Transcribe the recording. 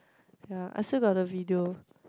ya I still got the video